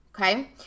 Okay